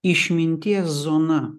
išminties zona